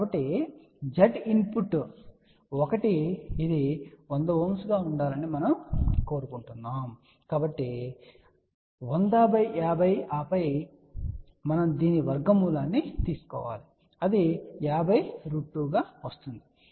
కాబట్టి Z input 1 ఇది 100 గా ఉండాలని మనము కోరుకుంటున్నాము కాబట్టి 100 × 50 ఆపై మనం దీని వర్గమూలాన్ని తీసుకోవాలి అది 502 గా వస్తుంది మరియు అది 70